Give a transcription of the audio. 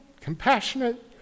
compassionate